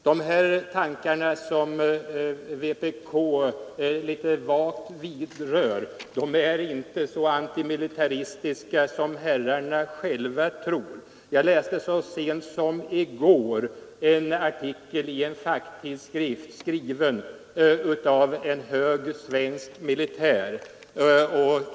De tankar som vpk litet vagt vidrör är inte så antimilitaristiska som herrarna själva tror. Jag läste så sent som i går en artikel i en facktidskrift skriven av en hög svensk militär.